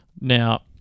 Now